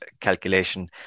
calculation